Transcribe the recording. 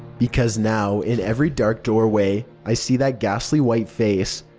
because now, in every dark doorway, i see that ghastly white face.